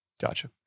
gotcha